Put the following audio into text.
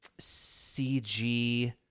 CG